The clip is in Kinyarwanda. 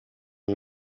iyi